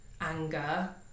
anger